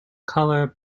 colour